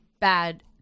bad